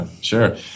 Sure